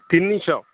ତିନିଶହ